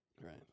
right